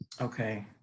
okay